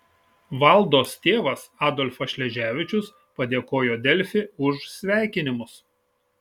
valdos tėvas adolfas šleževičius padėkojo delfi už sveikinimus